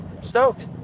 Stoked